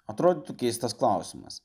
atrodytų keistas klausimas